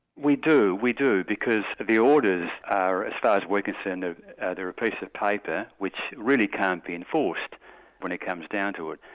we do, we do, because the orders are, as far as we're concerned, they're a piece of paper which really can't be enforced when it comes down to it,